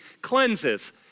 cleanses